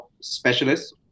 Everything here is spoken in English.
specialists